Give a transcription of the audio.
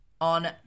on